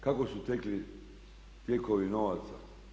Kako su tekli tijekovi novaca?